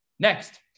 Next